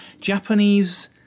Japanese